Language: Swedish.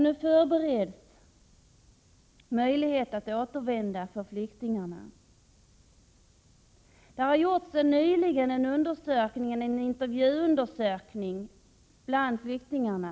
Nu förbereds alltså möjligheter för flyktingarna att återvända. Det har nyligen gjorts en intervjuundersökning bland flyktingarna.